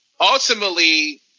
ultimately